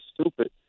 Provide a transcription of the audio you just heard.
stupid